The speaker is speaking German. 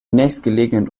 nächstgelegenen